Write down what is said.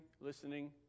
listening